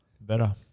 Better